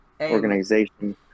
organization